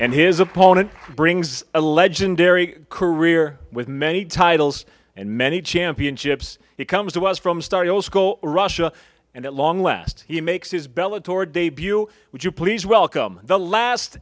and his opponent brings a legendary career with many titles and many championships he comes to us from start russia and at long last he makes his bela tour debut would you please welcome